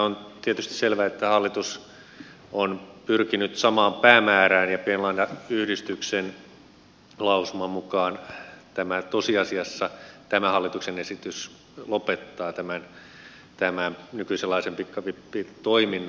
on tietysti selvää että hallitus on pyrkinyt samaan päämäärään ja pienlainayhdistyksen lausuman mukaan tosiasiassa tämä hallituksen esitys lopettaa tämän nykyisenlaisen pikavippitoiminnan